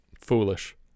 Foolish